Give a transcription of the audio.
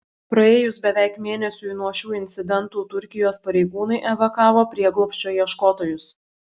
praėjus beveik mėnesiui nuo šių incidentų turkijos pareigūnai evakavo prieglobsčio ieškotojus